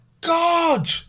God